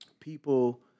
people